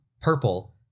purple